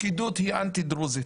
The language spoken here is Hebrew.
פקידות היא אנטי דרוזית.